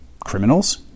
criminals